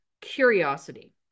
curiosity